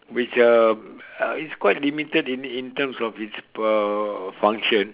which uh uh it's quite limited in in terms of it's uh function